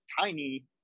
tiny